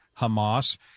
Hamas